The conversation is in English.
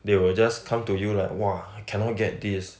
they will just come to you like !wah! cannot get this